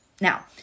Now